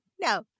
no